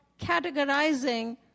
categorizing